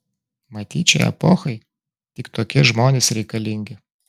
matyt šiai epochai tik tokie žmonės reikalingi